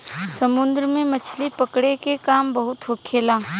समुन्द्र में मछली पकड़े के काम बहुत होखेला